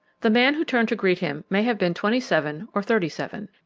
the man who turned to greet him may have been twenty-seven or thirty-seven.